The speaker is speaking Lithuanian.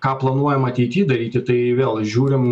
ką planuojam ateity daryti tai vėl žiūrim